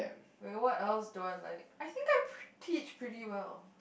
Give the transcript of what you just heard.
wait what else do I like I think I teach pretty well